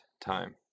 time